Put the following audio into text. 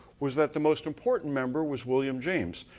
was that the most important member was william james,